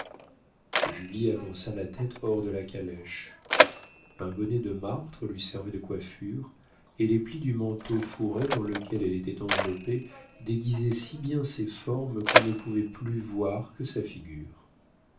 julie avança la tête hors de la calèche un bonnet de martre lui servait de coiffure et les plis du manteau fourré dans lequel elle était enveloppée déguisaient si bien ses formes qu'on ne pouvait plus voir que sa figure